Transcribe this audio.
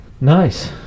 nice